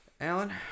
Alan